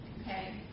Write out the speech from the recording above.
Okay